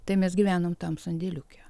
tai mes gyvenom tam sandėliuke